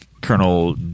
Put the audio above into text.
Colonel